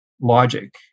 logic